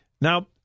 Now